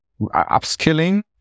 upskilling